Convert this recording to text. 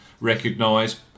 recognise